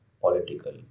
political